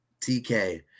TK